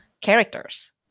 characters